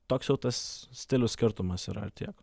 toks jau tas stilių skirtumas yra tiek